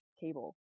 cable